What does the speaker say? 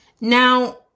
Now